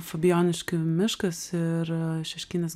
fabijoniškių miškas ir šeškinės